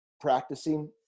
practicing